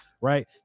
right